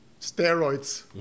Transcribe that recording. steroids